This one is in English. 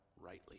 rightly